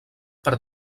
per